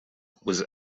was